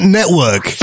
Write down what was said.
Network